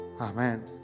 Amen